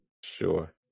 Sure